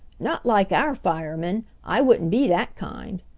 not like our firemen. i wouldn't be that kind,